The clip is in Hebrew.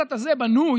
המירתת הזה בנוי